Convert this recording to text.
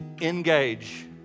Engage